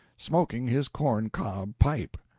smoking his corn-cob pipe.